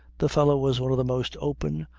the fellow was one of the most open,